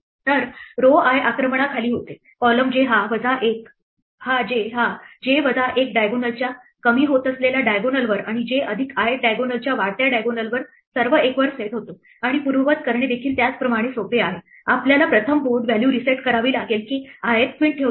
तर row i आक्रमणाखाली होते column j हा j वजा एक diagonal च्या कमी होत असलेल्या diagonal वर आणि j अधिक i th diagonalच्या वाढत्या diagonal वर सर्व एक वर सेट होतो आणि पूर्ववत करणे देखील त्याचप्रमाणे सोपे आहे आपल्याला प्रथम बोर्ड व्हॅल्यू रीसेट करावे लागेल की ith क्वीन ठेवलेली नाही